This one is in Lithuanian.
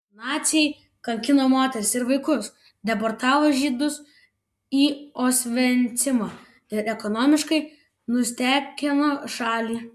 naciai kankino moteris ir vaikus deportavo žydus į osvencimą ir ekonomiškai nustekeno šalį